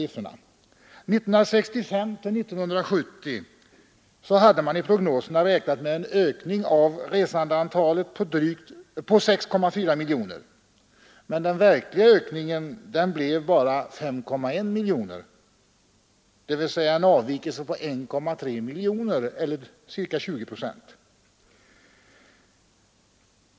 Mellan 1965 och 1970 hade man i prognosen räknat med en ökning av resandeantalet med 6,4 miljoner. Den verkliga ökningen blev bara 5,1 miljoner, dvs. en avvikelse på 1,3 miljoner eller ca 20 procent.